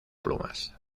plumas